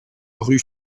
rue